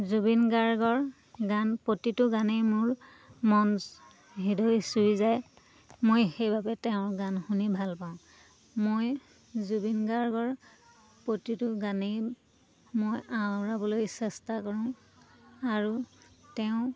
জুবিন গাৰ্গৰ গান প্ৰতিটো গানেই মোৰ মন হৃদয় চুই যায় মই সেইবাবে তেওঁৰ গান শুনি ভাল পাওঁ মই জুবিন গাৰ্গৰ প্ৰতিটো গানেই মই আৱৰাবলৈ চেষ্টা কৰোঁ আৰু তেওঁ